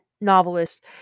novelist